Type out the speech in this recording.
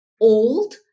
old